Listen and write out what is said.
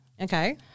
Okay